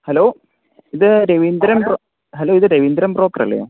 hello ഇത് Ravindran hello ഇത് രവീന്ദ്രൻ ബ്രോക്കറല്ലേ